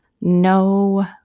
no